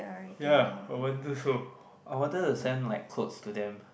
ya I wanted so I wanted to send like clothes to them